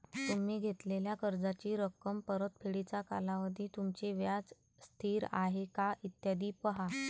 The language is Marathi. तुम्ही घेतलेल्या कर्जाची रक्कम, परतफेडीचा कालावधी, तुमचे व्याज स्थिर आहे का, इत्यादी पहा